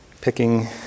Picking